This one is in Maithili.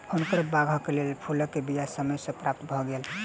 हुनकर बागक लेल फूलक बीया समय सॅ प्राप्त भ गेल